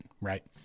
right